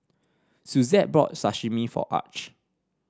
Suzette bought Sashimi for Arch